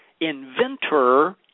Inventor